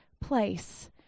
place